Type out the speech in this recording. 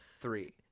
Three